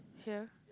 here